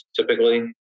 typically